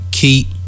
Keep